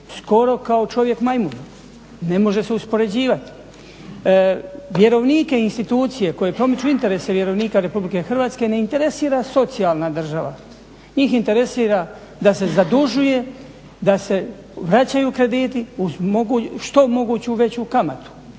skoro kao čovjek majmun, ne može se uspoređivati. Vjerovnike institucije koji promiču interese vjerovnika Republike Hrvatske ne interesira socijalna država, njih interesira da se zadužuje, da se vraćaju krediti uz što moguću veću kamatu